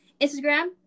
Instagram